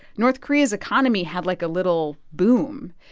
north korea's economy had, like, a little boom.